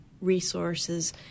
resources